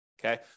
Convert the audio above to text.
Okay